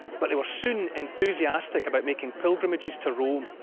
but they were soon enthusiastic about making pilgrimages to rome.